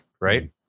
Right